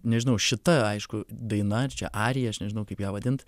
nežinau šita aišku daina ar čia arija aš nežinau kaip ją vadint